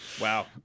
Wow